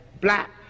black